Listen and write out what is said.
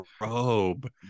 robe